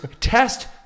test